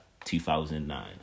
2009